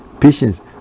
patience